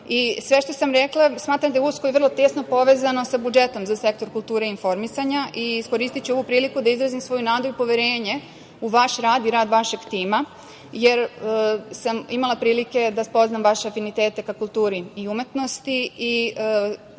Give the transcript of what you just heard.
temu. Sve što sam rekla smatram da je usko i vrlo tesno povezano sa budžetom za sektor kulture i informisanja i iskoristiću ovu priliku da izrazim svoju nadu i poverenje u vaš rad i rad vašeg tima, jer sam imala prilike da spoznam vaše afinitete ka kulturi i umetnosti i